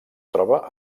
troba